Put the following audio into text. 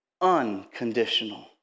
unconditional